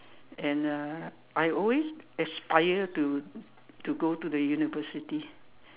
and uh I always aspire to to go to the university